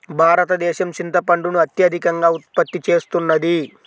భారతదేశం చింతపండును అత్యధికంగా ఉత్పత్తి చేస్తున్నది